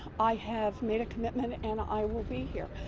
i have made a commitment and i will be here.